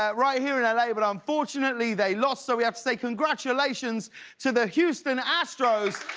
ah right here in l a. but unfortunately they lost so we have to say congratulations to the houston astras